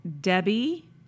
Debbie